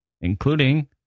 including